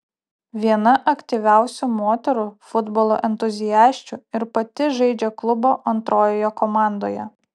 viena aktyviausių moterų futbolo entuziasčių ir pati žaidžia klubo antrojoje komandoje